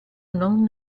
non